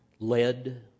lead